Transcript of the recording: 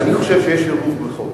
אני חושב שיש עירוב בחוק.